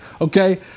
Okay